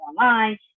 online